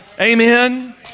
Amen